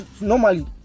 normally